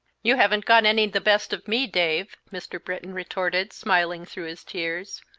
you haven't got any the best of me, dave, mr. britton retorted, smiling through his tears,